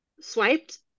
swiped